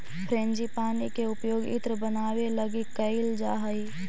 frangipani के उपयोग इत्र बनावे लगी कैइल जा हई